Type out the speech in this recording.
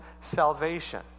salvation